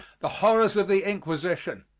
the horrors of the inquisition